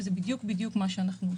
זה בדיוק מה שאנחנו עושים.